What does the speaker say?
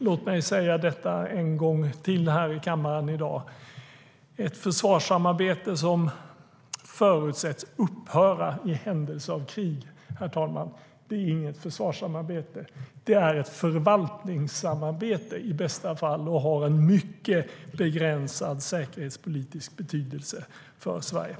Låt mig säga en gång till i kammaren i dag att ett försvarssamarbete som förutsätts upphöra i händelse av krig är, herr talman, inget försvarssamarbete. Det är ett förvaltningssamarbete i bästa fall och har en mycket begränsad säkerhetspolitisk betydelse för Sverige.